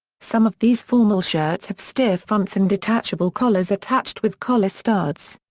some of these formal shirts have stiff fronts and detachable collars attached with collar studs.